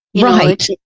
Right